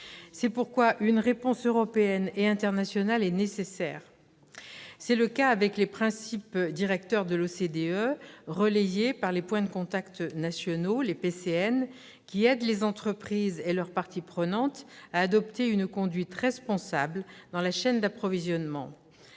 C'est pourquoi une réponse européenne et internationale est nécessaire. C'est le cas avec les principes directeurs de l'OCDE, relayés par les points de contact nationaux, les PCN, qui aident les entreprises et leurs parties prenantes à adopter une conduite responsable dans la chaîne d'approvisionnement.